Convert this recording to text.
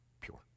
pure